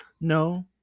No